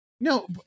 No